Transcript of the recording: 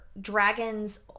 dragons